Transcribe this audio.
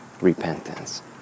repentance